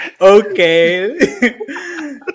Okay